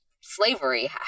slavery